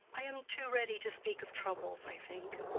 i am too ready to speak of troubles, i think.